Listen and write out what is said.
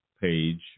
page